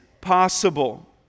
possible